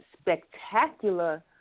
spectacular